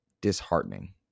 disheartening